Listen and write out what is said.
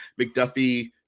McDuffie